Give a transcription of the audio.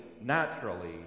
naturally